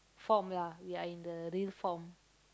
form lah we are in the real form